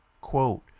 quote